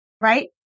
right